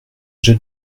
j’ai